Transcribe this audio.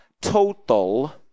total